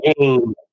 game